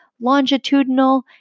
longitudinal